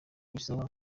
bisaba